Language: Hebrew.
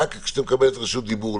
אלא רק כשאת מקבלת רשות דיבור.